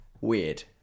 Weird